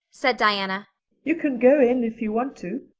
said diana you can go in if you want to.